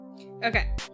okay